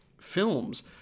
films